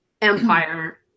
empire